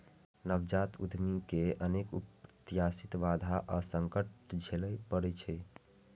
नवजात उद्यमी कें अनेक अप्रत्याशित बाधा आ संकट झेलय पड़ै छै